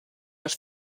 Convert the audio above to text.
los